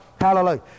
hallelujah